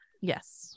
Yes